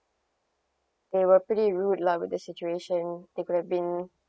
they were pretty rude lah with the situation they could have been